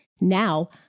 Now